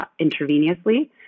intravenously